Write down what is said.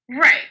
Right